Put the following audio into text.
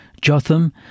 Jotham